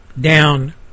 down